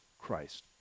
Christ